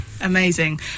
Amazing